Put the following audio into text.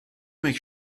make